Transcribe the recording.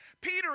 Peter